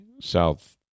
South